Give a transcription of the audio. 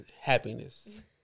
Happiness